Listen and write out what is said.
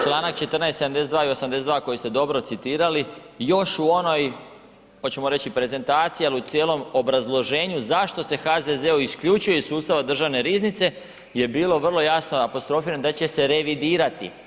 Članak 14., 72. i 82. koji ste dobro citirali još u onoj hoćemo reći prezentaciji, ali u cijelom obrazloženju zašto se HZZO isključuje iz sustava Državne riznice je bilo vrlo jasno apostrofirano da će se revidirati.